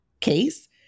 case